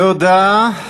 תודה.